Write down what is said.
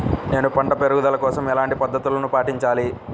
నేను పంట పెరుగుదల కోసం ఎలాంటి పద్దతులను పాటించాలి?